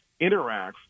interacts